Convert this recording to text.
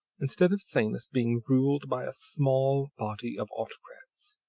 instead of sanus being ruled by a small body of autocrats,